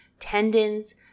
tendons